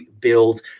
build